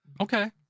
Okay